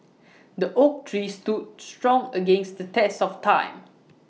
the oak trees stood strong against the test of time